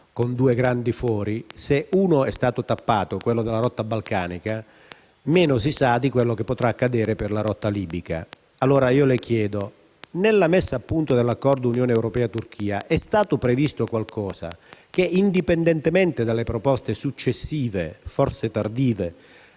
con due grandi fori, se uno è stato tappato, quello della rotta balcanica, meno si sa di quello che potrà accadere per la rotta libica. Le chiedo allora: nella messa a punto dell'accordo tra Unione europea e Turchia è stato previsto qualcosa che, indipendentemente dalle proposte successive e forse tardive